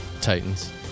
Titans